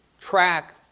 track